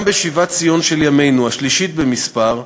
גם בשיבת ציון של ימינו, השלישית במספר,